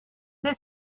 this